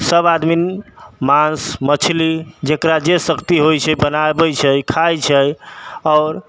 सब आदमी माँस मछली जकरा जे शक्ति होइ छै बनाबै छै खाइ छै आओर